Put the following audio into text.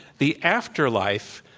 the afterlife,